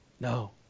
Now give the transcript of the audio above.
No